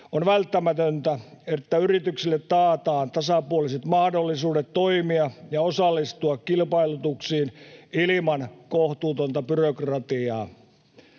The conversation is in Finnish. On välttämätöntä, että yrityksille taataan tasapuoliset mahdollisuudet toimia ja osallistua kilpailutuksiin ilman kohtuutonta byrokratiaa.